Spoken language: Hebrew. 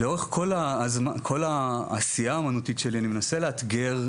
ולאורך כל העשייה האמנותית שלי אני מנסה לאתגר,